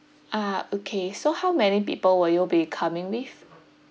ah okay so how many people will you be coming with